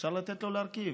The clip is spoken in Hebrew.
אפשר לתת לה להרכיב.